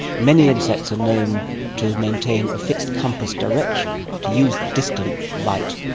many insects are known to maintain a fixed compass direction, to use the distant light,